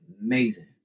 amazing